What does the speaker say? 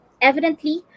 Evidently